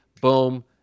boom